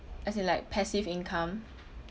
as in like passive income